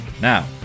Now